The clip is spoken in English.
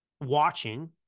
watching